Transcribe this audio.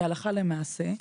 והלכה למעשה,